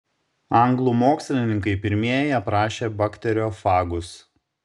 anglų mokslininkai pirmieji aprašė bakteriofagus